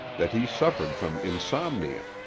that he suffered from insomnia,